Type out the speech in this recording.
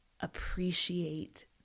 appreciate